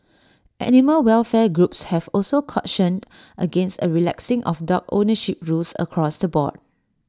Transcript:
animal welfare groups have also cautioned against A relaxing of dog ownership rules across the board